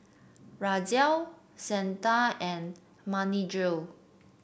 Razia Santha and Manindra